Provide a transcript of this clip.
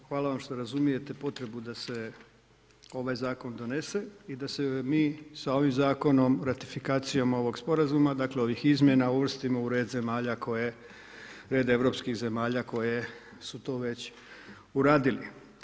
Hvala vam što razumijete potrebu da se ovaj zakon donese i da se mi sa ovim zakonom ratifikacijom ovoga sporazuma dakle ovih izmjena uvrstimo u red zemalja, u red europskih zemalja koje su to već uradile.